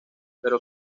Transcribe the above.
pero